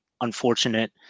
unfortunate